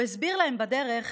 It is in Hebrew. הוא הסביר להן בדרך